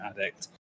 addict